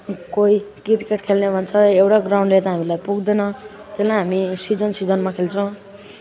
कोही क्रिकेट खेल्ने भन्छ एउटा ग्राउन्डले त हामीलाई पुग्दैन त्यो नै हामी सिजन सिजनमा खेल्छौँ